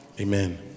Amen